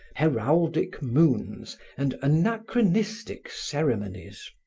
heraldic moons and anachronistic ceremonies.